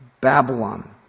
Babylon